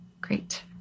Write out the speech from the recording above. Great